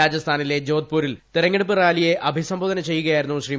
രാജസ്ഥാനിലെ ജോധ്പൂരിൽ തെരഞ്ഞെടുപ്പ് റാലിയെ അഭിസംബോധന ചെയ്യുകയായിരുന്നു ശ്രീ